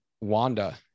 Wanda